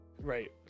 right